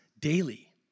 Daily